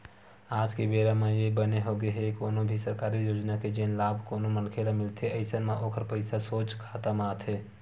आज के बेरा म ये बने होगे हे कोनो भी सरकारी योजना के जेन लाभ कोनो मनखे ल मिलथे अइसन म ओखर पइसा सोझ खाता म आथे